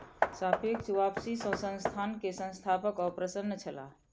सापेक्ष वापसी सॅ संस्थान के संस्थापक अप्रसन्न छलाह